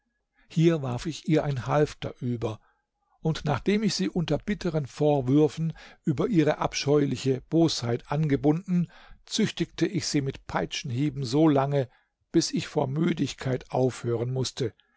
hier warf ich ihr ein halfter über und nachdem ich sie unter bitteren vorwürfen über ihre abscheuliche bosheit angebunden züchtigte ich sie mit peitschenhieben so lange bis ich vor müdigkeit aufhören mußte